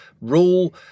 rule